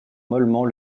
mollement